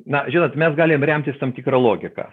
na žinot mes galim remtis tam tikra logika